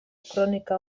kronika